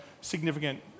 significant